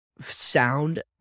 sound